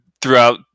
throughout